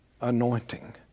anointing